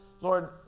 Lord